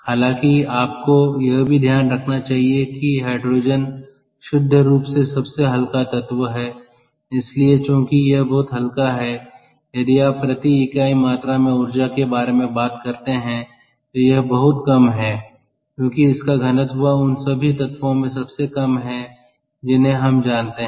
हालांकि आपको यह भी ध्यान रखना चाहिए कि हाइड्रोजन शुद्ध रूप से सबसे हल्का तत्व है इसलिए चूंकि यह बहुत हल्का है यदि आप प्रति इकाई मात्रा में ऊर्जा के बारे में बात करते हैं तो यह बहुत कम है क्योंकि इसका घनत्व उन सभी तत्वों में सबसे कम है जिन्हें हम जानते हैं